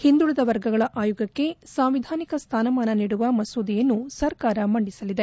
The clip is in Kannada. ಹಿಂದುಳದ ವರ್ಗಗಳ ಆಯೋಗಕ್ಕೆ ಸಾಂವಿಧಾನಿಕ ಸ್ನಾನಮಾನ ನೀಡುವ ಮಸೂದೆಯನ್ನು ಸರ್ಕಾರ ಮಂಡಿಸಲಿದೆ